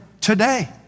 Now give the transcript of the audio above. today